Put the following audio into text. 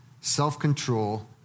self-control